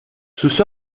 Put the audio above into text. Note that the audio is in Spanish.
sus